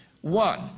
One